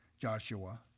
Joshua